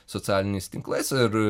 socialiniais tinklais ir